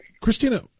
Christina